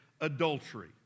adultery